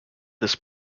this